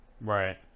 Right